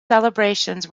celebrations